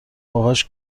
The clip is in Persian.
باهاش